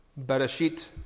Bereshit